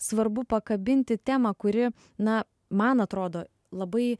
svarbu pakabinti temą kuri na man atrodo labai